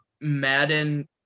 Madden